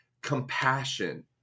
Compassion